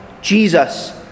Jesus